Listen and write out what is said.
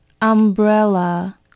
umbrella